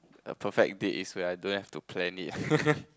a perfect date is when I don't have to plan it